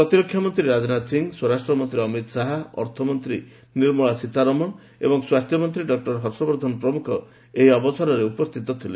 ପ୍ରତିରକ୍ଷା ମନ୍ତ୍ରୀ ରାଜନାଥ ସିଂହ ସ୍ୱରାଷ୍ଟ୍ର ମନ୍ତ୍ରୀ ଅମିତ୍ ଶାହା ଅର୍ଥମନ୍ତ୍ରୀ ନିର୍ମଳା ସୀତାରମଣ ଏବଂ ସ୍ୱାସ୍ଥ୍ୟମନ୍ତ୍ରୀ ଡକ୍କର ହର୍ଷବର୍ଦ୍ଧନ ପ୍ରମୁଖ ଏହି ଅବସରରେ ଉପସ୍ଥିତ ଥିଲେ